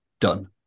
done